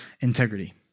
integrity